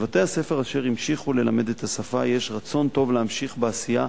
לבתי-הספר אשר המשיכו ללמד את השפה יש רצון טוב להמשיך בעשייה,